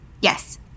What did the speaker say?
Yes